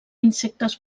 insectes